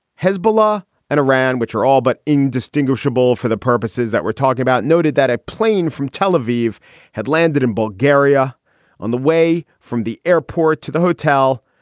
hezbollah and iran, which are all but indistinguishable for the purposes that we're talking about, noted that a plane from tel aviv had landed in bulgaria on the way from the airport to the hotel,